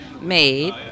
made